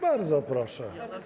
Bardzo proszę.